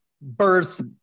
birth